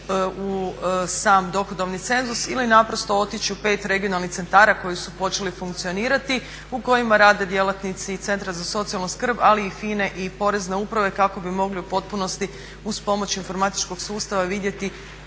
u sam dohodovni cenzus ili naprosto otići u 5 regionalnih centara koji su počeli funkcionirati u kojima rade djelatnici Centra za socijalnu skrb ali i FINA-e i porezne uprave kako bi mogli u potpunosti uz pomoć informatičkog sustava vidjeti